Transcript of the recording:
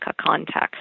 context